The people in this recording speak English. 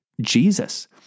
Jesus